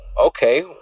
okay